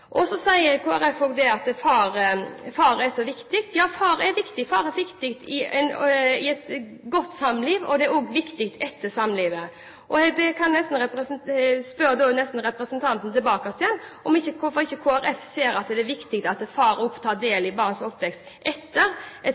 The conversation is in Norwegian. ukene. Så sier Kristelig Folkeparti at far er så viktig. Ja, far er viktig i et godt samliv, og han er også viktig etter et samlivsbrudd. Jeg kan nesten spørre representanten tilbake om hvorfor ikke Kristelig Folkeparti ser at det er viktig at far også får ta del i barns oppvekst etter et